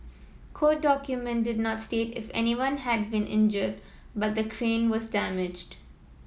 court document did not state if anyone had been injured but the crane was damaged